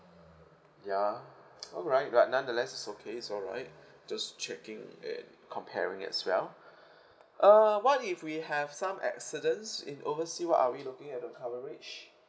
ya alright but nonetheless it's okay it's alright just checking and comparing as well uh what if we have some accidents in overseas what are we looking at the coverage